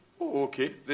Okay